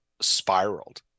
spiraled